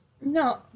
No